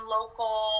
local